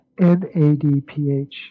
NADPH